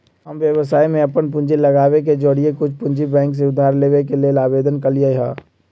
हम व्यवसाय में अप्पन पूंजी लगाबे के जौरेए कुछ पूंजी बैंक से उधार लेबे के लेल आवेदन कलियइ ह